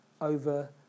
over